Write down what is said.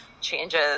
changes